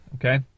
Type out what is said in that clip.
Okay